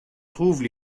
trouvent